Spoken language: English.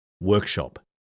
workshop